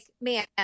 man